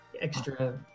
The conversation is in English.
extra